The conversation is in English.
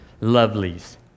lovelies